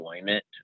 enjoyment